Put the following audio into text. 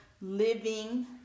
living